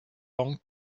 long